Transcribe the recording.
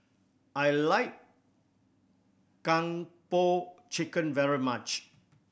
I like Kung Po Chicken very much